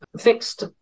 fixed